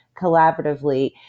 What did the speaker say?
collaboratively